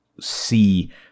see